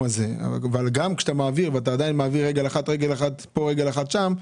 כי אם אתה מעביר רגל אחת לפה ורגל אחת נשארת שאם,